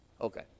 Okay